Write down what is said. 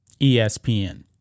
ESPN